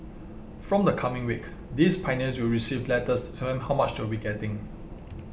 from the coming week these Pioneers will receive letters to tell them how much they will be getting